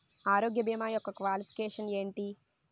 ఆరోగ్య భీమా యెక్క క్వాలిఫికేషన్ ఎంటి?